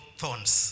thorns